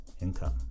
income